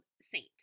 Saint